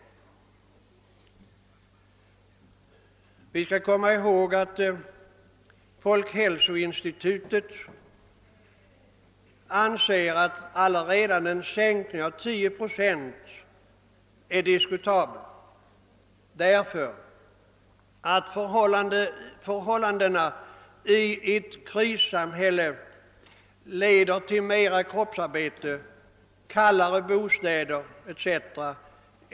Vi skall då också komma ihåg att folkhälsoinstitutet anser att redan en sänkning med 10 procent är diskutabel eftersom förhållandena i ett krissamhälle leder till mer kroppsarbete, kallare bostäder etc.